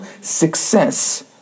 success